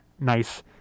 nice